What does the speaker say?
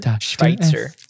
Schweitzer